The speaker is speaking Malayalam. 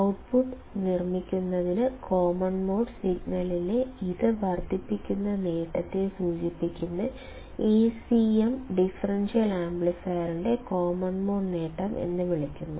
ഔട്ട്പുട്ട് നിർമ്മിക്കുന്നതിന് കോമൺ മോഡ് സിഗ്നലിനെ ഇത് വർദ്ധിപ്പിക്കുന്ന നേട്ടത്തെ സൂചിപ്പിക്കുന്ന Acm ഡിഫറൻഷ്യൽ ആംപ്ലിഫയറിന്റെ കോമൺ മോഡ് നേട്ടം എന്ന് വിളിക്കുന്നു